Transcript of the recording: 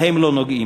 שבהם לא נוגעים,